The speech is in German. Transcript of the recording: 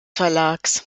verlags